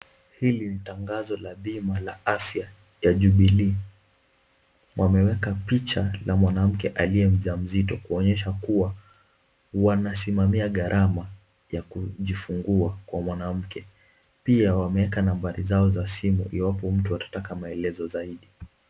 Hili ni tangazo la bima la afya ya Jubilee. Wameweka picha la mwanamke aliye mjamzito, kuonyesha kuwa wanasimamia gharama ya kujifungua kwa mwanamke. Pia wameweka nambari zao za simu, iwapo mtu atataka maelezo zaidi.